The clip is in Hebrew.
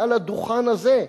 מעל הדוכן הזה,